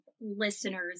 listeners